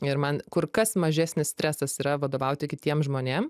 ir man kur kas mažesnis stresas yra vadovauti kitiem žmonėm